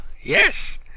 yes